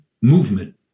movement